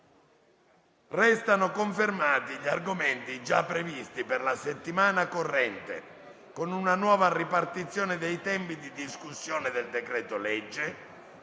Restano confermati gli argomenti già previsti per la settimana corrente con una nuova ripartizione dei tempi di discussione del decreto-legge